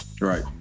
Right